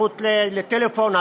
הזכות לטלפון,